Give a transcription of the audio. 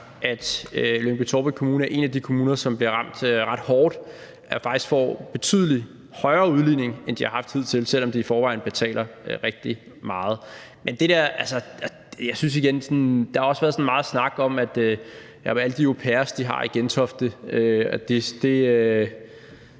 at Lyngby-Taarbæk Kommune er en af de kommuner, som bliver ramt ret hårdt og faktisk får betydelig højere udligning, end de har haft hidtil, selv om de i forvejen betaler rigtig meget. Der har været meget snak om alle de her au pairer, de har i Gentofte. Man maler